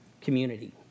community